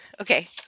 Okay